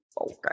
okay